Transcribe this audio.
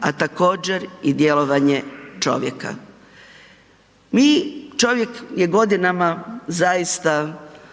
a također, i djelovanje čovjeka. Mi, čovjek je godinama zaista